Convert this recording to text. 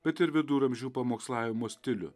bet ir viduramžių pamokslavimo stilių